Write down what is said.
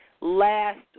last